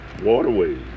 waterways